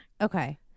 Okay